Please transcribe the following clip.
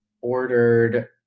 ordered